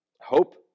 Hope